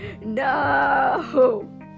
no